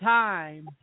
time